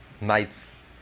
night's